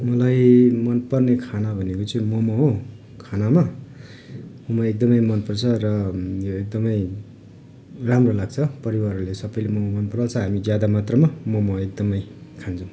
मलाई मन पर्ने खाना भनेको चाहिँ मोमो हो खानामा म एकदमै मन पर्छ र एकदमै राम्रो लाग्छ परिवारहरूले सबैले मोमो मन पराउँछ हामी ज्यादा मात्रा मोमो एकदमै खान्छौँ